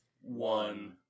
one